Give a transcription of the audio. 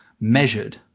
measured